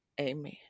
amen